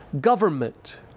government